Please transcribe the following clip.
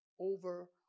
over